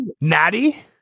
Natty